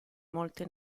molte